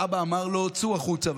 ואבא אמר לו: צאו החוצה,